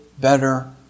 better